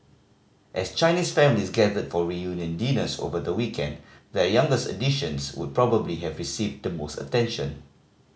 as Chinese families gathered for reunion dinners over the weekend their youngest additions would probably have received the most attention